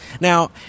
Now